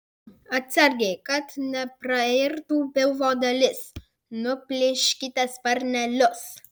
atsargiai kad neprairtų pilvo dalis nuplėškite sparnelius